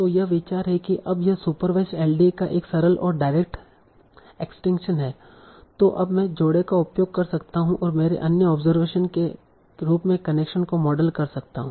तो यह विचार है की अब यह सुपरवाईसड एलडीए का एक सरल और डायरेक्ट एक्सटेंशन है तों अब मैं जोड़े का उपयोग कर सकता हूं और मेरे अन्य ऑब्जरवेशन के रूप में कनेक्शन को मॉडल कर सकता हु